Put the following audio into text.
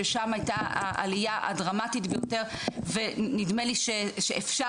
ששם הייתה העלייה הדרמטית ביותר ונדמה לי שאפשר